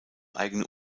eigene